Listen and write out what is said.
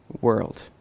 world